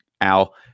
Al